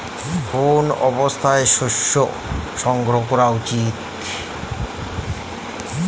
কোন অবস্থায় শস্য সংগ্রহ করা উচিৎ?